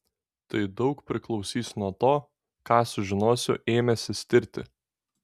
tai daug priklausys nuo to ką sužinosiu ėmęsis tirti